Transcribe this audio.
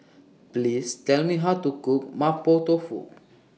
Please Tell Me How to Cook Mapo Tofu